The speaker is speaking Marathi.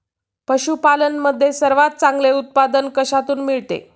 पशूपालन मध्ये सर्वात चांगले उत्पादन कशातून मिळते?